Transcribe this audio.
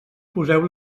poseu